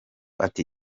ati